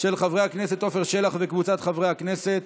של חבר הכנסת עפר שלח וקבוצת חברי הכנסת.